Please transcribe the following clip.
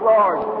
Lord